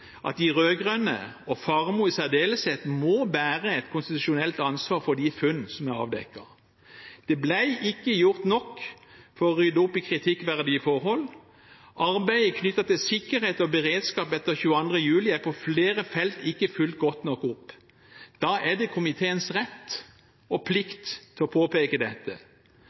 at de rød-grønne – og Faremo i særdeleshet – må bære et konstitusjonelt ansvar for de funn som er avdekket. Det ble ikke gjort nok for å rydde opp i kritikkverdige forhold. Arbeidet knyttet til sikkerhet og beredskap etter 22. juli er på flere felt ikke fulgt godt nok opp. Da er det komiteens rett og plikt å påpeke dette.